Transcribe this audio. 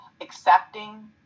accepting